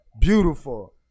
beautiful